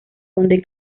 donde